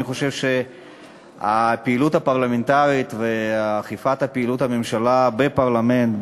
אני חושב שהפעילות הפרלמנטרית ואכיפת פעילות הממשלה בפרלמנט,